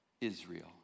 Israel